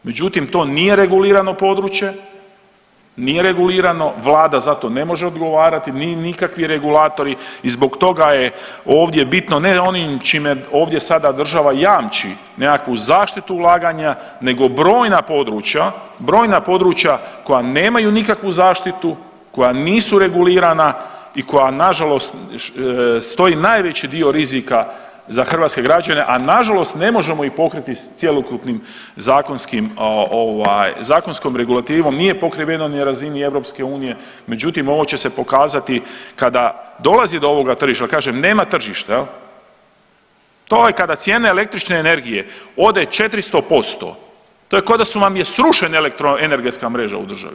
Međutim, to nije regulirano područje, nije regulirano, vlada za to ne može odgovarati nikakvi regulatori i zbog toga je ovdje bitno, ne onim čime ovdje sada država jamči nekakvu zaštitu ulaganja nego brojna područja koja nemaju nikakvu zaštitu, koja nisu regulirana i koja nažalost stoji najveći dio rizika za hrvatske građane, a nažalost ne možemo ih pokriti s cjelokupnom zakonskom regulativom nije pokriveno ni na razini EU, međutim ovo će se pokazati kada dolazi do ovoga tržišta, a kažem nema tržišta, to je kada cijene električne energije ode 400%, to ko da vam je srušena elektroenergetska mreža u državi.